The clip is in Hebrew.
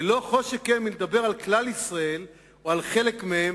וכל שכן מלדבר על כלל ישראל או על חלק מהם,